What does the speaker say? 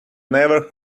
never